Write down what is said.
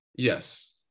Yes